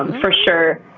um for sure.